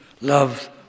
love